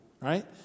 right